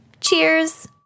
Cheers